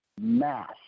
mass